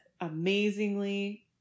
amazingly